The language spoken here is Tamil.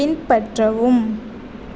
பின்பற்றவும்